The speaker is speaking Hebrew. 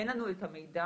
אין לנו את המידע